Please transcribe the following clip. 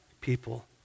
people